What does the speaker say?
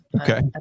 okay